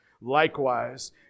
Likewise